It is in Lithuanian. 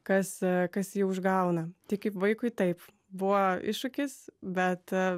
kas kas jį užgauna tai kaip vaikui taip buvo iššūkis bet